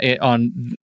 on